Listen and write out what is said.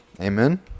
Amen